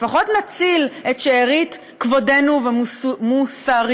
לפחות נציל את שארית כבודנו ומוסריותנו,